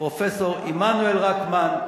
פרופסור עמנואל רקמן.